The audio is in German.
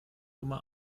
immer